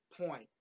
point